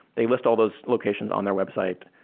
they list all those locations on their website.